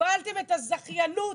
שקיבלתם את הזכיינות